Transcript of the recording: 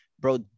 bro